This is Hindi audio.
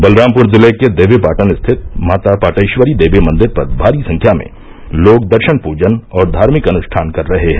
बलरामपुर जिले के देवीपाटन स्थित माता पाटेश्वरी देवी मंदिर पर भारी संख्या में लोग दर्शन पूजन और धार्मिक अनुष्ठान कर रहे हैं